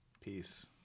peace